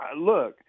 look